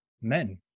men